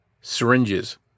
syringes